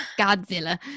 Godzilla